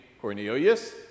Cornelius